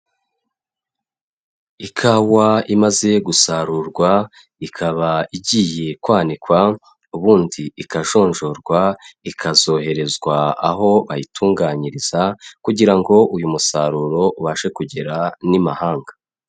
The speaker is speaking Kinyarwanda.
Ikawa imaze gusarurwa ikaba igiye kwanikwa, ubundi ikajonjorwa ikazoherezwa aho ayitunganyiriza, kugira ngo uyu musaruro ubashe kugera n'imahanga.